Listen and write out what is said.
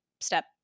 step-